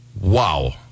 Wow